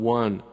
one